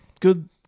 Good